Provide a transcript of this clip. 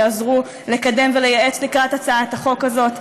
שעזרו לקדם ולייעץ לקראת הצעת החוק הזאת,